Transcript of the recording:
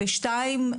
שתיים,